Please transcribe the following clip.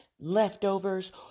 leftovers